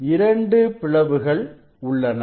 இங்கு இரண்டு பிளவுகள் உள்ளன